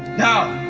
now,